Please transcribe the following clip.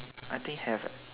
I think have eh